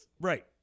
Right